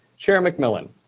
chair mcmillan?